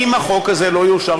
אם החוק הזה לא יאושר,